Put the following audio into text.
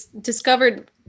discovered